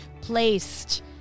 placed